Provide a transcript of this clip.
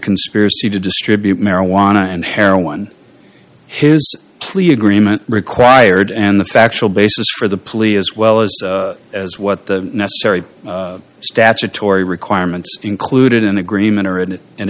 conspiracy to distribute marijuana and heroin his plea agreement required and the factual basis for the police as well as as what the necessary statutory requirements included an agreement or it an